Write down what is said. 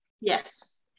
Yes